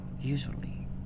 usually